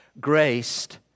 Graced